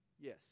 yes